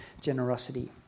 generosity